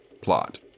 plot